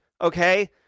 okay